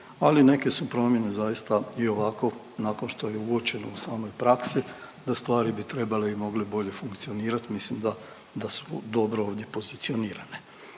ali neke su promjene zaista i ovako nakon što je uočeno u samoj praksi da stvari bi trebale i mogle bolje funkcionirat, mislim da su dobro ovdje pozicionirane.